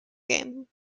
game